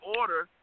order